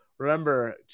Remember